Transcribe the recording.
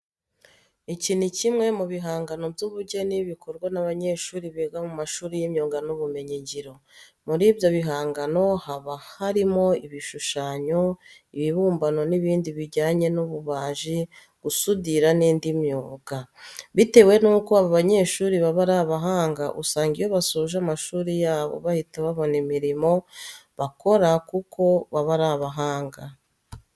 Iki ni kimwe mu bihangano by'ubugeni bikorwa n'abanyeshuri biga mu mashuri y'imyuga n'ibumenyingiro. Muri ibyo bihangano haba harimo ibishushanyo, ibibumbano n'ibindi bijyanye n'ububaji, gusudira n'indi myuga. Bitewe nuko aba banyeshuri baba ari abahanga usanga iyo basoje amashuri yabo bahita babona imirimo bakora kuko baba ari abahanga.